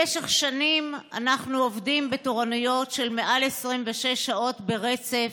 במשך שנים אנחנו עובדים בתורנויות של מעל 26 שעות ברצף,